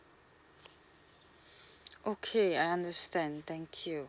okay I understand thank you